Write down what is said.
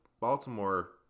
Baltimore